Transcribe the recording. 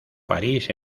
parís